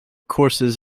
courses